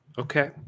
Okay